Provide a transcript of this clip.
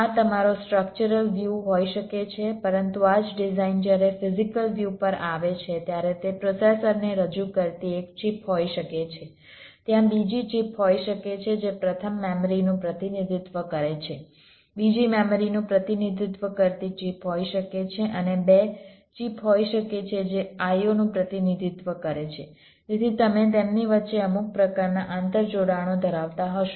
આ તમારો structural view હોઈ શકે છે પરંતુ આ જ ડિઝાઈન જ્યારે ફિઝિકલ વ્યૂ પર આવે છે ત્યારે તે પ્રોસેસરને રજૂ કરતી એક ચિપ હોઈ શકે છે ત્યાં બીજી ચિપ હોઈ શકે છે જે પ્રથમ મેમરીનું પ્રતિનિધિત્વ કરે છે બીજી મેમરીનું પ્રતિનિધિત્વ કરતી ચિપ હોઈ શકે છે અને 2 ચિપ હોઈ શકે છે જે IO નું પ્રતિનિધિત્વ કરે છે જેથી તમે તેમની વચ્ચે અમુક પ્રકારના આંતર જોડાણો ધરાવતા હશો